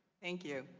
inc. you.